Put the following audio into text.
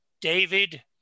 David